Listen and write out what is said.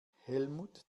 helmut